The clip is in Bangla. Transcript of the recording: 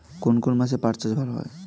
কোন কোন মাসে পাট চাষ ভালো হয়?